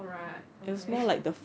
alright okay